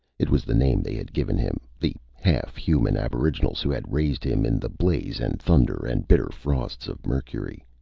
it was the name they had given him, the half-human aboriginals who had raised him in the blaze and thunder and bitter frosts of mercury.